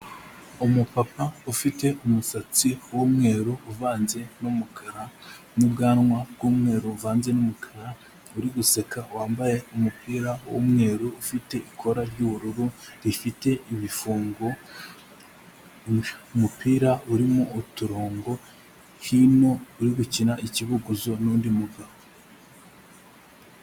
Umupapa ufite umusatsi w'umweru uvanze n'umukara n'ubwanwa bw'umweru buvanze n'umukara uri guseka wambaye umupira w'umweru ufite ikora ry'ubururu rifite ibifungo, umupira urimo uturongo hino uri gukina ikibuguzo n'undi mugabo.